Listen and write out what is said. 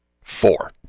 Four